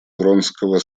вронского